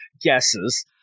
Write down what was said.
guesses